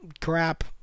crap